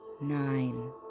Nine